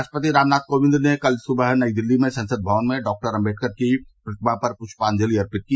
राष्ट्रपति राम नाथ कोविंद ने कल सुबह नई दिल्ली में संसद भवन में डॉक्टर आंबेडकर की प्रतिमा पर पुष्पाजलि अर्पित की